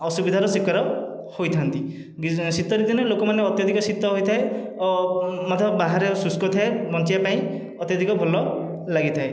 ଅସୁବିଧାର ଶିକାର ହୋଇଥାନ୍ତି ଶୀତଦିନେ ଲୋକମାନେ ଅତ୍ୟଧିକ ଶୀତ ହୋଇଥାଏ ଓ ମଧ୍ୟ ବାହାରେ ଶୁଷ୍କ ଥାଏ ବଞ୍ଚିବା ପାଇଁ ଅତ୍ୟଧିକ ଭଲ ଲାଗିଥାଏ